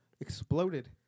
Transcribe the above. exploded